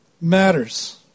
matters